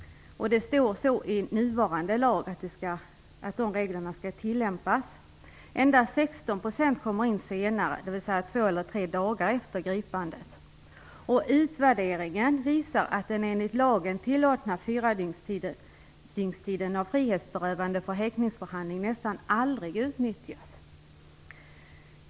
Det står i nuvarande lag att dessa regler skall tillämpas. Endast 16 % kommer in senare, dvs. två eller tre dagar efter gripandet. Utvärderingen visar att den enligt lagen tillåtna tiden på fyra dygn för frihetsberövande för häktningsförhandling nästan aldrig utnyttjas.